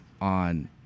on